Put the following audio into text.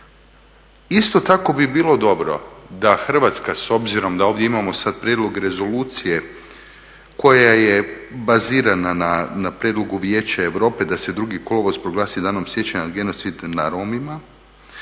Isto tako bi bilo dobro da Hrvatska s obzirom da ovdje imamo sada prijedlog rezolucije koja je bazirana na prijedlogu Vijeća Europe da se 2.kolovoz proglasi Danom sjećanja genocida nad Romima.